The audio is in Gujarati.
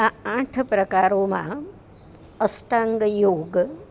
આ આઠ પ્રકારોમાં અષ્ટાંગયોગ